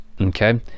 Okay